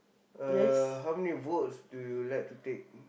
uh how many volts do you like to take